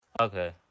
Okay